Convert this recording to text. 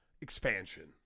expansion